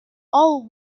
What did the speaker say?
all